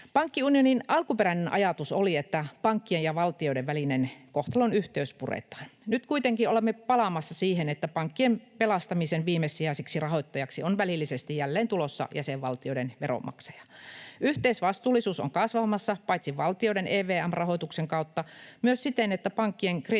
Pankkiunionin alkuperäinen ajatus oli, että pankkien ja valtioiden välinen kohtalonyhteys puretaan. Nyt kuitenkin olemme palaamassa siihen, että pankkien pelastamisen viimesijaiseksi rahoittajaksi on välillisesti jälleen tulossa jäsenvaltioiden veronmaksaja. Yhteisvastuullisuus on kasvamassa paitsi valtioiden EVM-rahoituksen kautta myös siten, että pankkien